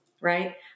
right